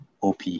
OP